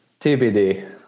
TBD